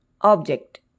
object